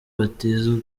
bitezweho